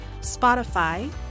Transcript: Spotify